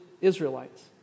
Israelites